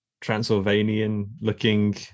Transylvanian-looking